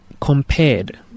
compared